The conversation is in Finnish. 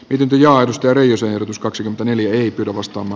yty jaa köröyysehdotus kaksikymmentäneljä ei pidä vastaava